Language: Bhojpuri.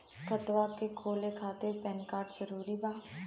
खतवा के खोले खातिर पेन कार्ड जरूरी बा?